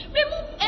Remove